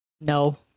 No